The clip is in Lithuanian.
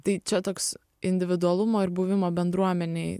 tai čia toks individualumo ir buvimo bendruomenėj